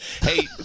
Hey